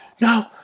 No